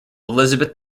elizabeth